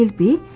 and be